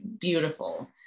beautiful